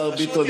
השר ביטון,